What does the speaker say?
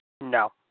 No